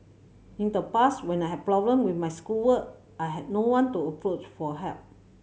in the past when I had problem with my schoolwork I had no one to approach for help